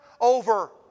over